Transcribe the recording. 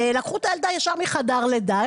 לקחו את הילדה ישר מחדר הלידה,